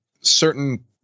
certain